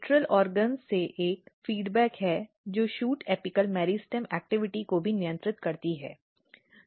lateral अंगों से एक फ़ीडबैक है जो शूट एपिकल मेरिस्टेम गतिविधि को भी नियंत्रित करती है